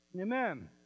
Amen